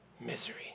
misery